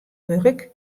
wurk